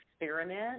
experiment